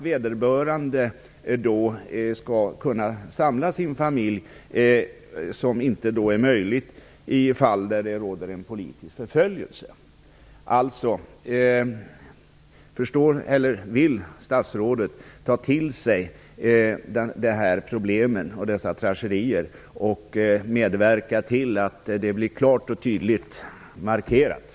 Vederbörande skall då kunna samla sin familj, vilket inte är möjligt i de fall där det råder politisk förföljelse. Vill statsrådet ta till sig de här problemen, dessa tragedier, och medverka till att de blir klart och tydligt markerade?